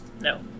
No